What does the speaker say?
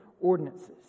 ordinances